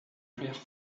pierre